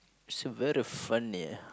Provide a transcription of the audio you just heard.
so very fun ya